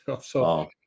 so-